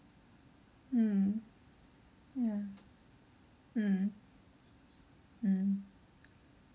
mm ya mm mm